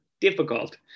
difficult